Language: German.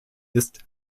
ist